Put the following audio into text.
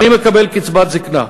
אני מקבל קצבת זיקנה,